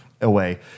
away